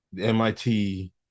MIT